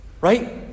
Right